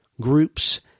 groups